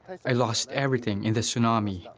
i lost everything in the tsunami,